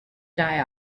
die